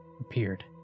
appeared